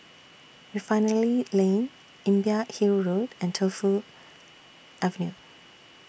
Refinery Lane Imbiah Hill Road and Tu Fu Avenue